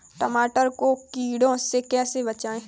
टमाटर को कीड़ों से कैसे बचाएँ?